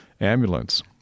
ambulance